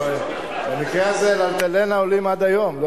במקרה זה, ל"אלטלנה" עולים עד היום.